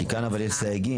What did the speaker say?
לא, כי כאן אבל יש סייגים.